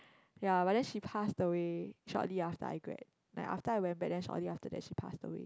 ya but then she passed away shortly after I grad like after I went back then shortly after that she passed away